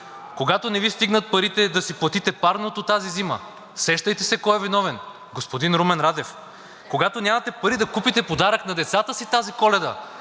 Когато не Ви стигнат парите да си платите парното тази зима, сещайте се кой е виновен – господин Румен Радев! Когато нямате пари да купите подарък на децата си тази Коледа,